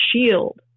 shield